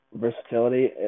versatility